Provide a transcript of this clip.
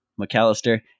McAllister